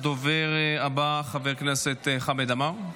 הדובר הבא, חבר הכנסת חמד עמאר,